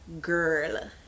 girl